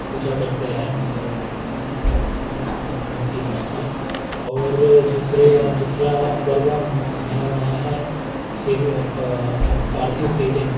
पूजा करते हैं बैल मूर्ति बनाकर और दूसरे या दूसरा पर्व मैंने बनाया है से प पार्थिव शिवलिंग